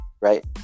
right